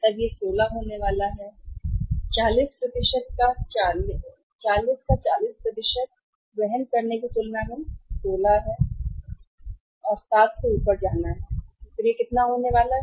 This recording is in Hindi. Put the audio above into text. तब यह 16 होने वाला है 40 का 40 वहन करने की तुलना में 16 है लागत 7 से ऊपर जाना है और फिर यह कितना होने जा रहा है